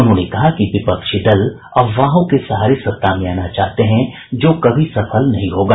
उन्होंने कहा कि विपक्षी दल अफवाहों के सहारे सत्ता में आना चाहते हैं जो कभी सफल नहीं होगा